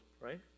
right